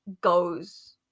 goes